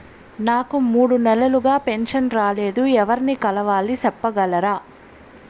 నాకు మూడు నెలలుగా పెన్షన్ రాలేదు ఎవర్ని కలవాలి సెప్పగలరా?